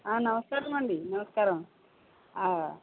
ఆ నమస్కారమండీ నమస్కారం